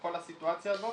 מכל הסיטואציה הזאת,